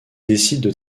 décident